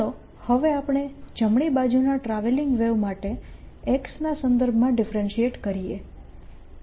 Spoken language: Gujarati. ચાલો હવે આપણે જમણી બાજુના ટ્રાવેલીંગ વેવ માટે x ના સંદર્ભમાં ડિફરેન્શીએટ કરીએ